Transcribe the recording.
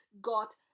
got